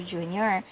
Junior